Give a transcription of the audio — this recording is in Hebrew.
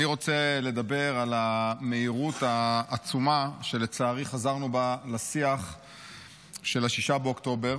אני רוצה לדבר על המהירות העצומה שלצערי חזרנו בה לשיח של 6 באוקטובר.